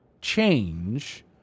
change